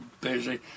busy